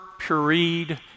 pureed